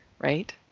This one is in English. right